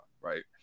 right